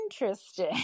interesting